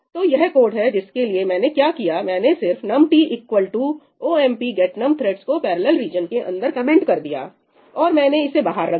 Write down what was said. तो यह कोड है जिसके लिए मैंने क्या किया मैंने सिर्फ num t equal to num t omp get num threads omp get num threads को पैरेलल रीजन के अंदर कमेंट कर दिया और मैंने इसे बाहर रख दिया